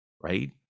Right